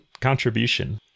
contribution